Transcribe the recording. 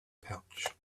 pouch